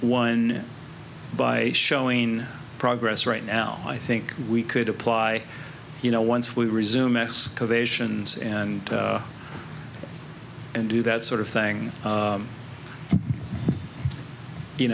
one by showing progress right now i think we could apply you know once we resume excavations and and do that sort of thing